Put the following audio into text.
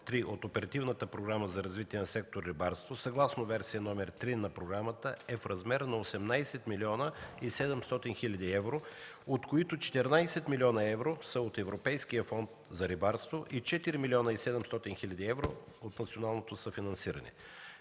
от Оперативната програма за развитие на сектор „Рибарство” съгласно Версия № 3 на програмата е в размер на 18 млн. 700 хил. евро, от които 14 млн. евро са от Европейския фонд за рибарство и 4 млн. 700 хил. евро от национално съфинансиране.